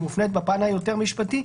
שהיא מופנית בפן היותר משפטי,